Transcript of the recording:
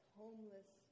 homeless